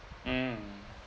mm